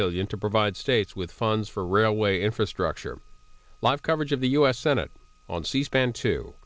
billion to provide states with funds for railway infrastructure live coverage of the u s senate on cspan to